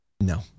No